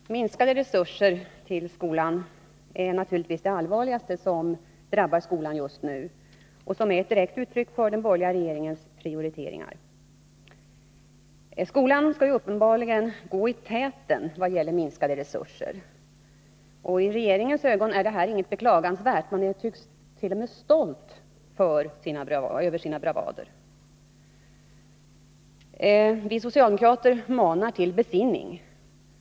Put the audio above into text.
Herr talman! Minskade resurser till skolan är naturligtvis det allvarligaste som drabbar skolan just nu och som är ett direkt uttryck för den borgerliga regeringens prioriteringar. Skolan skall uppenbarligen gå i täten vad gäller minskade resurser. I regeringens ögon är detta inte något beklagansvärt. Man är t.o.m. stolt över sina bravader. Vi socialdemokrater manar till besinning.